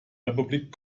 republik